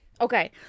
Okay